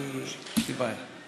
אני יש לי בעיה.